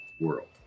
world